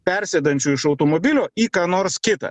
persėdančių iš automobilio į ką nors kita